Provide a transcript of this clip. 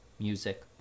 music